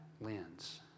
lens